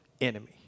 enemy